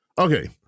okay